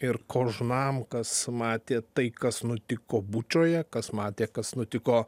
ir kožmam kas matė tai kas nutiko bučoje kas matė kas nutiko